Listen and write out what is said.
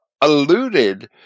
alluded